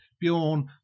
Bjorn